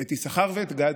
את יששכר ואת גד,